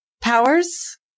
powers